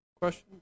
question